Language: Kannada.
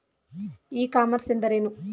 ಇ ಕಾಮರ್ಸ್ ಎಂದರೇನು?